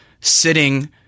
sitting